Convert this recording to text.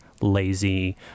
Lazy